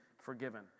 forgiven